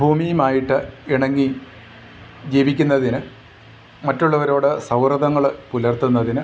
ഭൂമിയുമായിട്ട് ഇണങ്ങി ജീവിക്കുന്നതിന് മറ്റുള്ളവരോട് സൗഹൃദങ്ങൾ പുലർത്തുന്നതിന്